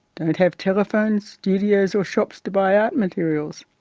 don't have telephones, studios or shops to buy art materials.